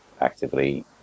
actively